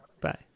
Bye